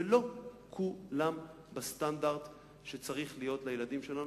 ולא כולם בסטנדרט שצריך להיות לילדים שלנו,